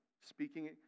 speaking